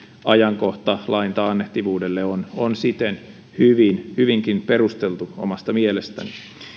ajankohta lain taannehtivuudelle on on siten hyvinkin perusteltu omasta mielestäni